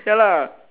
ya lah